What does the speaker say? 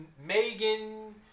Megan